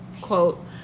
quote